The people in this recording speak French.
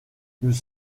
nous